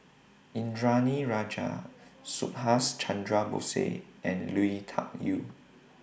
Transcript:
Indranee Rajah Subhas Chandra Bose Said and Lui Tuck Yew